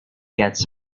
gets